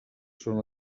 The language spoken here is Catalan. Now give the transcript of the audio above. són